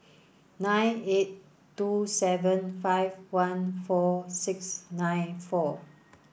nine eight two seven five one four six nine four